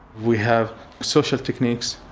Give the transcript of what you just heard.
we have social techniques,